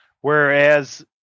Whereas